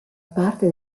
parte